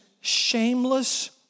shameless